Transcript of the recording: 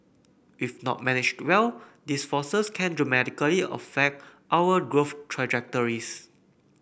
if not managed well these forces can dramatically affect our growth trajectories